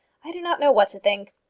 i do not know what to think.